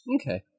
Okay